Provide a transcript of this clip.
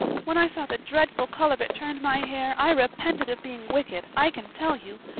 when i saw the dreadful color it turned my hair i repented of being wicked, i can tell you.